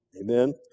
Amen